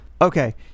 Okay